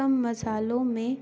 کم مصالوں میں